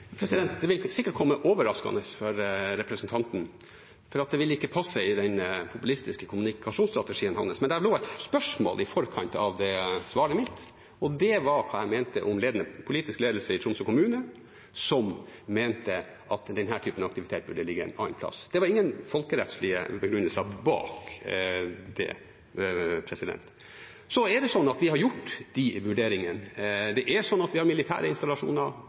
det? Det vil sikkert komme overraskende på representanten, for det vil ikke passe i den populistiske kommunikasjonsstrategien hans, men det lå et spørsmål i forkant av svaret mitt, og det var hva jeg mente om politisk ledelse i Tromsø kommune, som mente at denne typen aktivitet burde ligge en annen plass. Det var ingen folkerettslige begrunnelser bak det. Vi har gjort disse vurderingene. Vi har militære installasjoner veldig tett på sivilbefolkningen veldig mange plasser i Norge. Jeg er veldig glad for at vi har